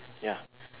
ya